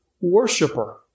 worshiper